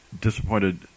disappointed